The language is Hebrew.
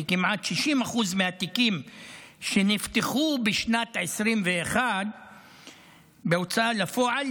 כמעט 60% מהתיקים שנפתחו בשנת 2021 בהוצאה לפועל,